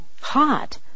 hot